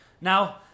Now